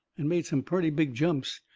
and made some purty big jumps,